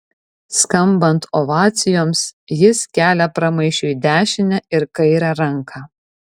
skambant ovacijoms jis kelia pramaišiui dešinę ir kairę ranką